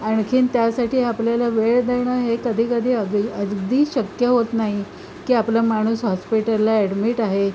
आणखीन त्यासाठी आपल्याला वेळ देणं हे कधी कधी अग अगदी शक्य होत नाही की आपलं माणूस हॉस्पिटलला ॲडमिट आहे